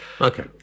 Okay